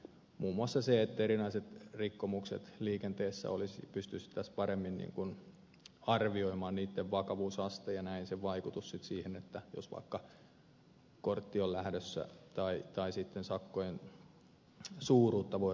muun muassa sen takia että erinäiset rikkomukset liikenteessä pystyttäisiin paremmin arvioimaan niitten vakavuusaste ja näin sen vaikutus sitten siihen jos vaikka kortti on lähdössä tai sitten sakkojen suuruutta voidaan siinä määritellä